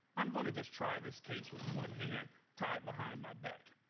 i'm going to just try this case with one hand tied behind my back.